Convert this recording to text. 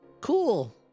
cool